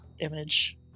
image